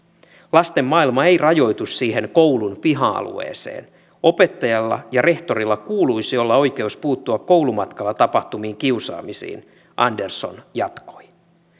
lasten maailma ei rajoitu siihen koulun piha alueeseen opettajalla ja rehtorilla kuuluisi olla oikeus puuttua koulumatkalla tapahtuviin kiusaamisiin andersson jatkoi